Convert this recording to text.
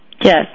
Yes